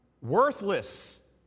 worthless